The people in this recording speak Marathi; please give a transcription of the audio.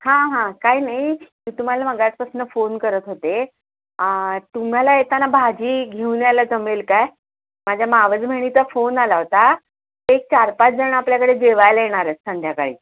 हां हां काय नाही मी तुम्हाला मगाचपासनं फोन करत होते आ तुम्हाला येताना भाजी घेऊन यायला जमेल काय माझ्या मावस बहिणीचा फोन आला होता ते एक चार पाचजणं आपल्याकडे जेवायला येणार आहेत संध्याकाळी